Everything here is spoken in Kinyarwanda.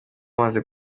wamaze